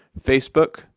Facebook